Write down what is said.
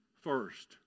first